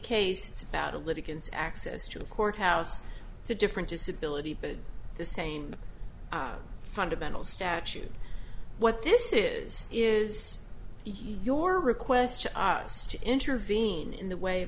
case it's about a little kids access to the courthouse it's a different disability but the same fundamental statute what this is is your request to us to intervene in the way a